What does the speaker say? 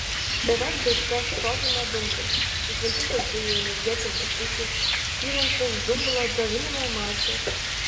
beveik baigta stoginė dumblui sutvarkytas dujų energetinis ūkis įrengtas dumblo džiovinimo mazgas